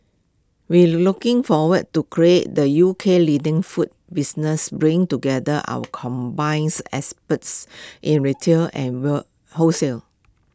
we looking forward to creating the U K leading food business bringing together our combines experts in retail and whale wholesale